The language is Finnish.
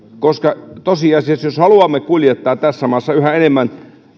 koska tosiasiassa jos haluamme kuljettaa tässä maassa yhä enemmän